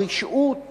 הרשעות